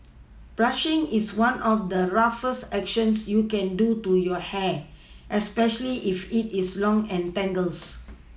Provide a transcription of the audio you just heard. brushing is one of the roughest actions you can do to your hair especially if it is long and tangles